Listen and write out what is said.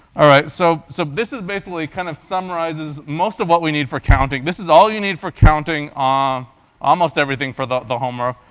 so so this is basically kind of summarizes most of what we need for counting. this is all you need for counting um almost everything for the the homework.